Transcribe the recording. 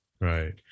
right